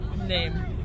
name